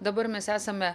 dabar mes esame